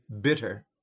bitter